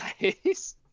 nice